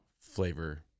flavor